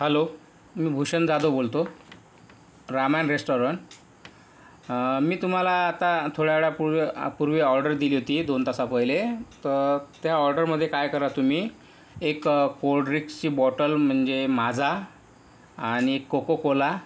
hello Bhushan Jadhav जाधव बोलतो Ramayan restaurant मी तुम्हाला आता थोड्या वेळापूर्वी आ पूर्वी ऑर्डर दिली होती दोन तास पहेले तर त्या ऑर्डरमध्ये काय करा तुम्ही एक कोल्ड ड्रिक्सची बॉटल म्हणजे माजा आणि कोकोकोला